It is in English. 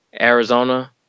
Arizona